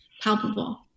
palpable